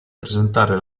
presentare